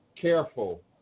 careful